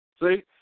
See